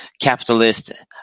capitalist